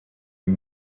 uyu